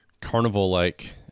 carnival-like